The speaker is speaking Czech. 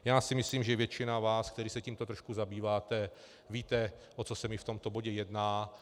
Já si myslím, že většina z vás, kteří se tímto trošku zabýváte, víte, o co se mi v tomto bodě jedná.